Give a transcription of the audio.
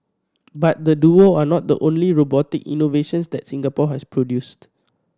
but the duo are not the only robotic innovations that Singapore has produced